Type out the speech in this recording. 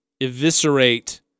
eviscerate